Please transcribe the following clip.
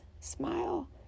smile